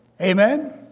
Amen